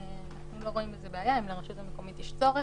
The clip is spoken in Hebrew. לא רואים עם זה בעיה, אם לרשות המקומית יש צורך,